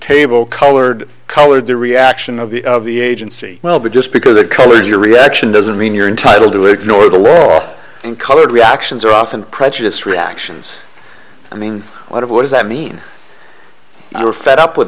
table colored colored the reaction of the of the agency will be just because the colors your reaction doesn't mean you're entitled to ignore the law and colored reactions are often prejudiced reactions i mean what if what does that mean you are fed up with